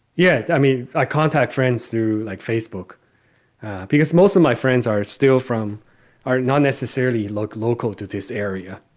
yeah. i mean, i contact friends through like facebook because most of my friends are still from are not necessarily look local to this area.